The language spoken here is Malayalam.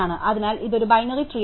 അതിനാൽ ഇത് ഒരു ബൈനറി ട്രീയിരിക്കും